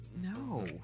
No